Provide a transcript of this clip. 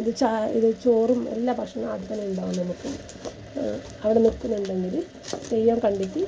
ഇത് ചായ ഇത് ചോറും എല്ലാ ഭക്ഷണവും അവിടെ തന്നെ ഉണ്ടാകും നമുക്ക് അവിടെ നിൽക്കുന്നുണ്ടെങ്കിൽ തെയ്യം കണ്ടിട്ട്